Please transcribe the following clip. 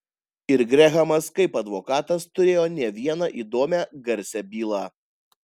ir grehamas kaip advokatas turėjo ne vieną įdomią garsią bylą